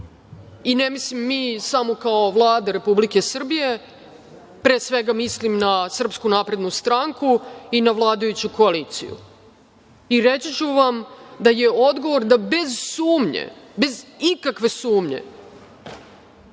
Ne mislim mi samo kao Vlada Republike Srbije, pre svega mislim na Srpsku naprednu stranku i na vladajuću koaliciju. Reći ću vam da je odgovor da bez sumnje, bez ikakve sumnje